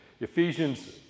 Ephesians